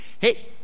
Hey